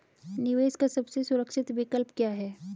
निवेश का सबसे सुरक्षित विकल्प क्या है?